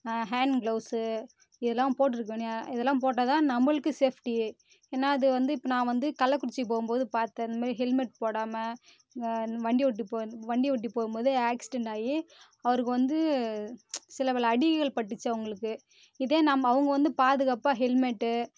hand gloves இதெலாம் போட்டிருப்பேனுங்க இதெல்லாம் போட்டால் தான் நம்மள்க்கு சேஃப்ட்டி ஏன்னால் அது வந்து இப்போ நான் வந்து கள்ளக்குறிச்சி போகும்போது பார்த்தேன் இந்த மாரி ஹெல்மெட் போடாமல் ஆ வண்டி ஓட்டி போயிந் வண்டி ஓட்டி போகும்போது ஆக்சிடென்ட் ஆகி அவருக்கு வந்து சில பல அடிகள் பட்டுச்சு அவங்களுக்கு இதே நம்ம அவங்க வந்து பாதுகாப்பாக ஹெல்மெட்டு